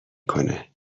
کنه